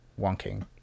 wonking